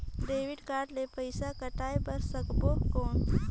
Debit card ले पइसा पटाय बार सकबो कौन?